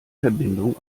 verbindung